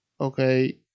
Okay